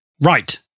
Right